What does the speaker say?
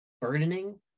burdening